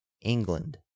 England